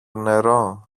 νερό